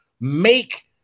make